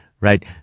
right